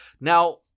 Now